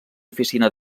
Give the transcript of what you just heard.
oficina